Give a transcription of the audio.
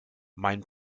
mein